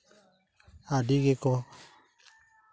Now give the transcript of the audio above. ᱟᱹᱰᱤ ᱜᱮᱠᱚ